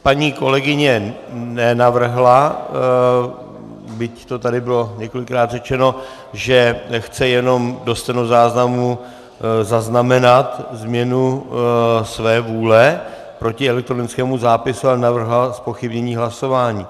Paní kolegyně nenavrhla, byť to tady bylo několikrát řečeno, že chce jenom do stenozáznamu zaznamenat změnu své vůle proti elektronickému zápisu, ale navrhla zpochybnění hlasování.